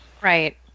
right